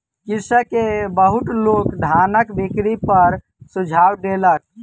कृषक के बहुत लोक धानक बिक्री पर सुझाव देलक